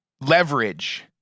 leverage